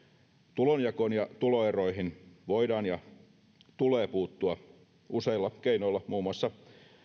tulonjakoon ja tuloeroihin voidaan ja tulee puuttua useilla keinoilla muun muassa